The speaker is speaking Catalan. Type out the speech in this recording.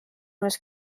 més